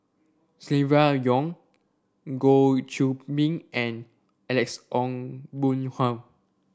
Silvia Yong Goh Qiu Bin and Alex Ong Boon Hau